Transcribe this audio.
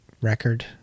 record